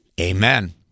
Amen